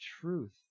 truth